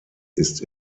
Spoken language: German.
ist